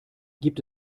gibt